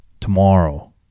tomorrow